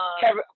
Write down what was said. Kevin